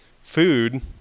Food